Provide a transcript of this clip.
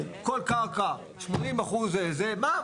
כל קרקע 80 אחוז זה, מה?